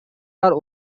are